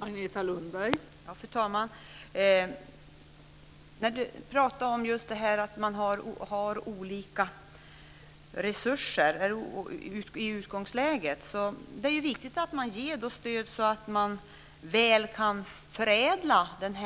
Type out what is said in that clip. Fru talman! Ulla-Britt Hagström pratar om att man har olika resurser i utgångsläget. Det är då viktigt att man ger stöd så att man kan förädla den